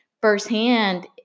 firsthand